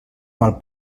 mal